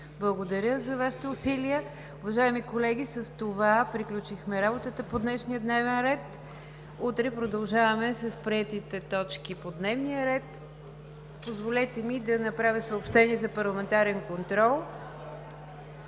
Благодаря за Вашите усилия. Уважаеми колеги, с това приключихме работата по днешния дневен ред. Утре продължаваме с приетите точки по дневния ред. Позволете ми да направя съобщение за парламентарен контрол: